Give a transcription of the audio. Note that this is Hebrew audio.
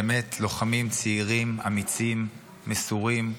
באמת לוחמים צעירים, אמיצים, מסורים,